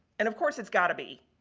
and, of course, it's got to be